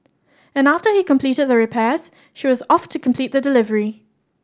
and after he completed the repairs she was off to complete the delivery